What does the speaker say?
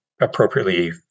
appropriately